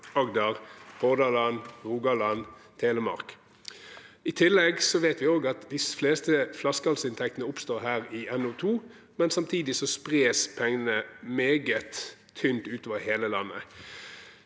Agder, Hordaland, Rogaland, Telemark. I tillegg vet vi at de fleste flaskehalsinntektene oppstår her i NO2, men samtidig spres pengene meget tynt utover hele landet.